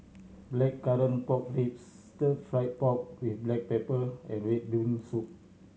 Blackcurrant Pork Ribs Stir Fried Pork With Black Pepper and red bean soup